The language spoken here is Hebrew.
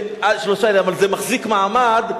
אבל זה מחזיק מעמד חודש,